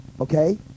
okay